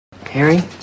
Harry